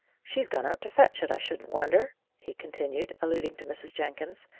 she's gone out to fetch it, i shouldn't wonder! he continued, alluding to mrs. jenkins,